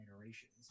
iterations